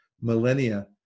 millennia